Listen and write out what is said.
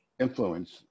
influence